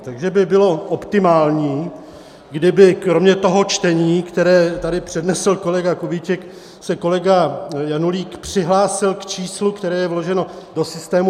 Takže by bylo optimální, kdyby kromě toho čtení, které tady přednesl kolega Kubíček, se kolega Janulík přihlásil k číslu, které je vloženo do systému.